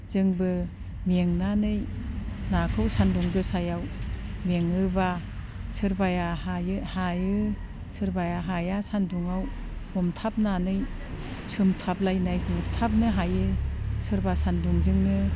जोंबो मेंनानै नाखौ सान्दुं गोसायाव मेङोब्ला सोरबाया हायो सोरबाया हाया सान्दुङाव हमथाबनानै सोमथाबलायनाय गुरथाबनो हायो सोरबा सान्दुंजोंनो